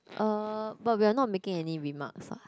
uh but we are not making any remarks ah